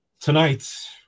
Tonight